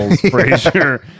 Frazier